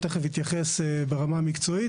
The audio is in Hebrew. הוא תיכף יתייחס ברמה המקצועית.